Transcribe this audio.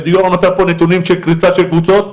יורם נתן פה נתונים של קריסה של קבוצות,